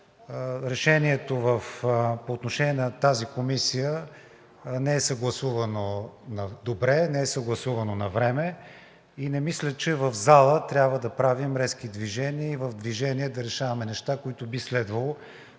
решението по отношение на тази комисия не е съгласувано добре, не е съгласувано навреме. Не мисля, че в зала трябва да правим резки движения и в движение да решаваме неща, които би следвало